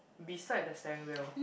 beside the steering wheel